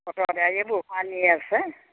আগে আগে বৰষুণ আনিয়ে আছে